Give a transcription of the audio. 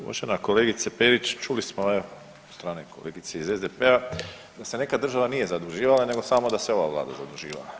Uvažena kolegice Perić, čuli smo evo od strane kolegice iz SDP-a da se nekad država nije zaduživala nego samo da se ova vlada zaduživa.